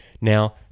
Now